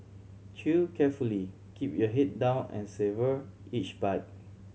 Chew carefully keep your head down and savour each bite